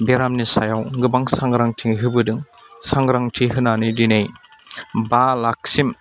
बेरामनि सायाव गोबां सांग्रांथि होबोदों सांग्रांथि होनानै दिनै बा लाकसिम